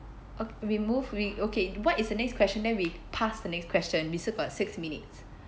oh we move we okay what is the next question then we pass the next question we still got six minutes